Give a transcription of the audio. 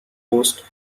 post